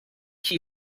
key